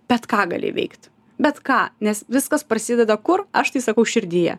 bet ką gali veikt bet ką nes viskas prasideda kur aš tai sakau širdyje